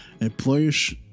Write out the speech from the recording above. Employers